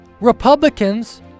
Republicans